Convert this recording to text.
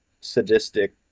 sadistic